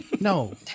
no